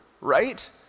right